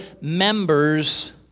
members